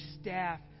staff